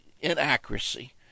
inaccuracy